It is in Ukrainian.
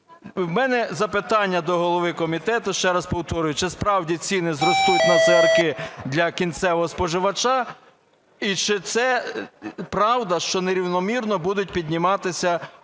В мене запитання до голови комітету. Ще раз повторюю: чи справді ціни зростуть на цигарки для кінцевого споживача? І чи це правда, що нерівномірно будуть підніматися акцизи,